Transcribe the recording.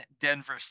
Denver